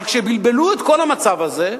אבל כשבלבלו את כל המצב הזה,